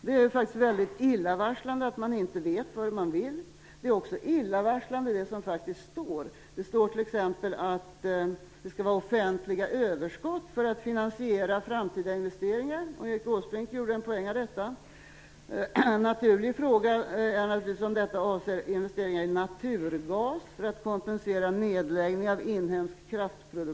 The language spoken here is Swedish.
Det är väldigt illavarslande att man inte vet vad man vill. Det som faktiskt står i finansplanen är också illavarslande, t.ex. offentliga överskott för att finansiera framtida investeringar. Erik Åsbrink gjorde en poäng av detta. En naturlig fråga är naturligtvis om detta avser investeringar i naturgas för att kompensera nedläggning av inhemsk kraftproduktion.